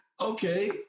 okay